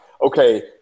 okay